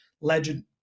legend